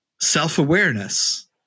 self-awareness